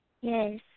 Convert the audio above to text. Yes